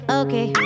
okay